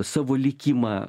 savo likimą